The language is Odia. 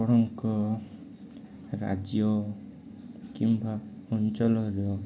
ଆପଣଙ୍କ ରାଜ୍ୟ କିମ୍ବା ଅଞ୍ଚଲର